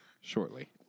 shortly